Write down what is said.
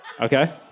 Okay